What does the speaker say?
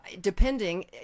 depending